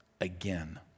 again